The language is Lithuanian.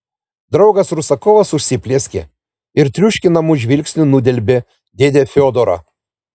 draugas rusakovas užsiplieskė ir triuškinamu žvilgsniu nudelbė dėdę fiodorą